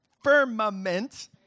firmament